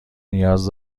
نیاز